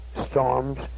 storms